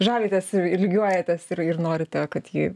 žavitės ir ir lygiuojatės ir ir norite kad ji